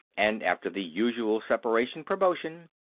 and, after the usual separation promotion,